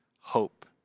hope